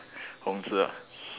Hong-Zi ah